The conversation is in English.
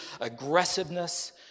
aggressiveness